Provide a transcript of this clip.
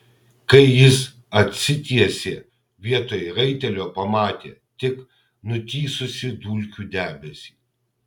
kai jis atsitiesė vietoj raitelio pamatė tik nutįsusį dulkių debesį